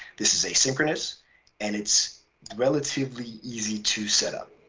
this is asynchronous and it's relatively easy to set up.